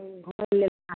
ओ हमरालेल आओर